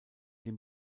den